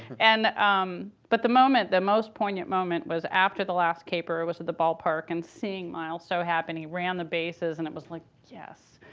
and um but the moment, the most poignant moment was after the last caper was at the ballpark and seeing miles so happy. and he ran the bases, and it was like, yes.